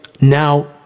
now